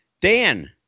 Dan